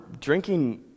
drinking